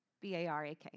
B-A-R-A-K